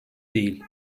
değil